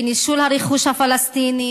בנישול הרכוש הפלסטיני,